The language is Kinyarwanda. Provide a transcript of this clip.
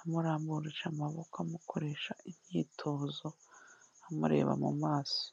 amuramuruje amaboko amukoresha imyitozo amureba mu maso.